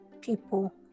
people